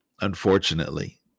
unfortunately